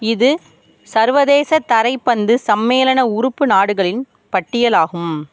இது சர்வதேச தரைப்பந்து சம்மேளன உறுப்பு நாடுகளின் பட்டியல் ஆகும்